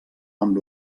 amb